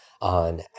on